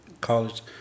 college